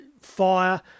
fire